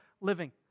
living